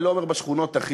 אני לא אומר בשכונות הכי,